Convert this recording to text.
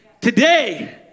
today